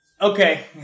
Okay